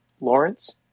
Lawrence